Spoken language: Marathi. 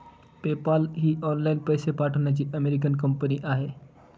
पेपाल ही ऑनलाइन पैसे पाठवण्याची अमेरिकन कंपनी आहे